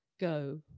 go